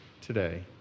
today